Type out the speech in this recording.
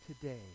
today